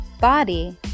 body